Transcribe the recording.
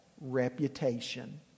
reputation